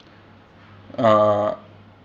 uh